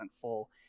full